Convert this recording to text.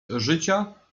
życia